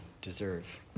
deserve